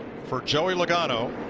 for joey logano.